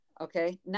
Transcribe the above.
Okay